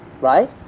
Right